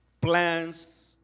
plans